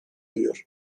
duyuyor